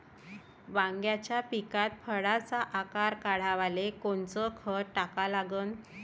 वांग्याच्या पिकात फळाचा आकार वाढवाले कोनचं खत टाका लागन?